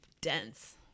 dense